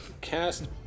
cast